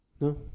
No